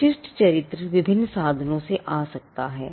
विशिष्ट चरित्र विभिन्न साधनों से आ सकता है